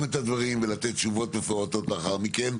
את הדברים ולתת תשובות מפורטות לאחר מכן.